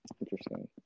Interesting